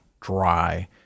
dry